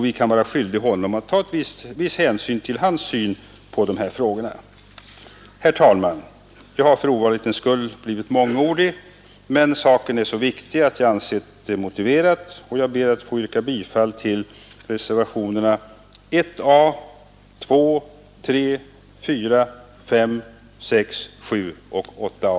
Vi kan vara skyldiga honom att ta viss hänsyn till hans syn på dessa frågor. Herr talman! Jag har för ovanlighetens skull blivit mångordig, men saken är så viktig att jag har ansett det motiverat. Jag ber att få yrka bifall till reservationerna 1 a, 2,3,4, 5,6, 7 och 8 a.